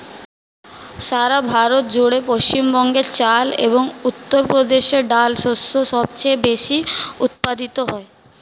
সারা ভারত জুড়ে পশ্চিমবঙ্গে চাল এবং উত্তরপ্রদেশে ডাল শস্য সবচেয়ে বেশী উৎপাদিত হয়